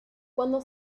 cuando